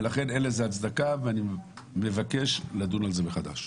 ולכן אין לזה הצדקה ואני מבקש לדון על זה מחדש.